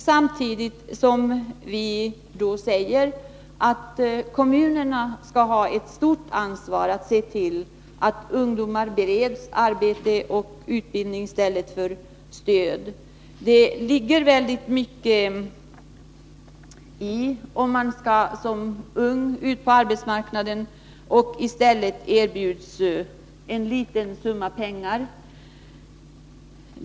Samtidigt säger vi att kommunerna skall ha ett stort ansvar för att ungdomar bereds arbete och utbildning i stället för stöd. Det ligger mycket i att de som är unga och skall ut på arbetsmarknaden får sysselsättning i stället för att erbjudas en liten summa pengar.